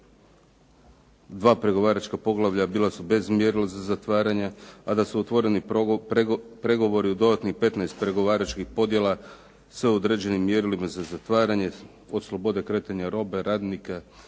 2 pregovaračka poglavlja bila su bez mjerila za zatvaranja, a da su otvoreni pregovori u dodatnih 15 pregovaračkih podjela sa određenim mjerilima za zatvaranje, od "Slobode kretanja robe, "Radnika"